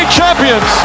champions